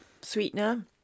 sweetener